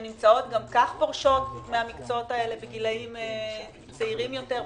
שגם ככה פורשים מהמקצועות האלה בגילאים צעירים יותר,